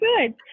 good